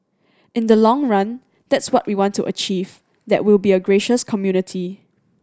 in the long run that's what we want to achieve that we'll be a gracious community